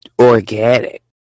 organic